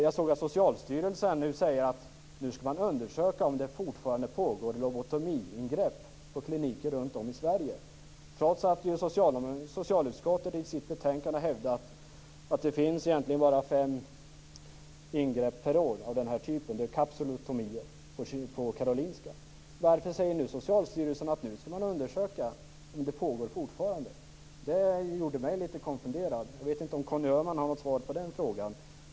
Jag såg att Socialstyrelsen nu säger att man skall undersöka om det fortfarande pågår lobotomiingrepp på kliniker runt om i Sverige, trots att socialutskottet i sitt betänkande har hävdat att det egentligen bara görs fem ingrepp per år av denna typ. Det är capsulotomier som görs på Karolinska. Varför säger Socialstyrelsen att man nu skall undersöka om detta fortfarande pågår? Detta gjorde mig litet konfunderad. Jag vet inte om Conny Öhman har något svar på den frågan.